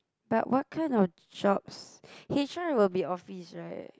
but what kind of jobs H_R will be office right